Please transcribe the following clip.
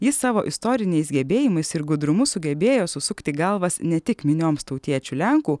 ji savo istoriniais gebėjimais ir gudrumu sugebėjo susukti galvas ne tik minioms tautiečių lenkų